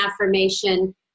affirmation